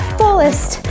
fullest